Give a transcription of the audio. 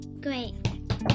great